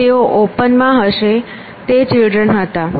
તેઓ ઓપનમાં હશે તે ચિલ્ડ્રન હતા